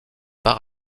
bar